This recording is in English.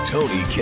Tony